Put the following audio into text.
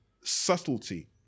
subtlety